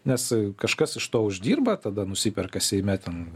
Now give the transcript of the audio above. nes kažkas iš to uždirba tada nusiperka seime ten